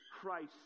Christ